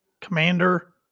commander